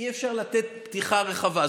אי-אפשר לתת פתיחה רחבה.